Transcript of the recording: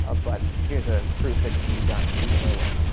ah but here's a proof that it can be done using ur web.